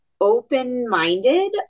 open-minded